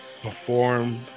perform